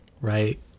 right